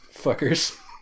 fuckers